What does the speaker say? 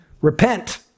Repent